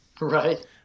Right